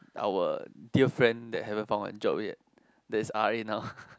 our dear friend that haven't found a job yet that is r_a now